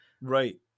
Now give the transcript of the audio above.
Right